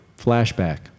Flashback